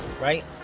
right